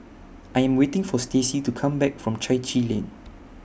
I Am waiting For Stacy to Come Back from Chai Chee Lane